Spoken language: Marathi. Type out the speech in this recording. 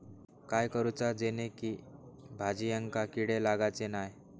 काय करूचा जेणेकी भाजायेंका किडे लागाचे नाय?